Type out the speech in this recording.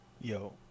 Yo